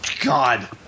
God